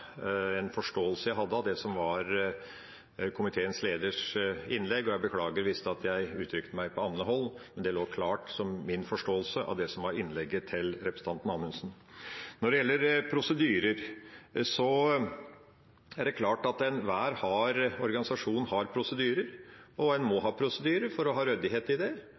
innlegg, og jeg beklager hvis jeg skulle ha uttrykt meg annerledes. Men dette lå klart som min forståelse av det som var innlegget til representanten Anundsen. Når det gjelder prosedyrer, er det klart at enhver organisasjon har prosedyrer, og en må ha prosedyrer for å ha ryddighet.